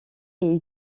est